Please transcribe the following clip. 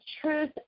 truth